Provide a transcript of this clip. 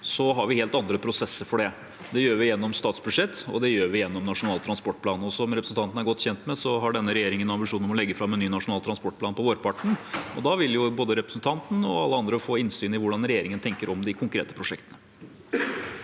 har vi helt andre prosesser for det. Det gjør vi gjennom statsbudsjett, og det gjør vi gjennom Nasjonal transportplan. Og som representanten er godt kjent med, har denne regjeringen ambisjon om å legge fram en ny nasjonal transportplan på vårparten, og da vil både representanten og alle andre få innsyn i hvordan regjeringen tenker om de konkrete prosjektene.